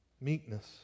meekness